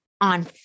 on